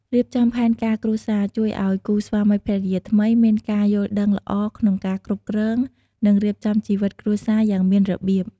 រៀបចំផែនការគ្រួសារ ជួយឲ្យគូស្វាមីភរិយាថ្មីមានការយល់ដឹងល្អក្នុងការគ្រប់គ្រង និងរៀបចំជីវិតគ្រួសារយ៉ាងមានរបៀប។